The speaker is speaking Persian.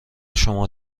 شما